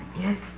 Yes